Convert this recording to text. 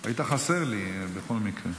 היית חסר לי בכל מקרה.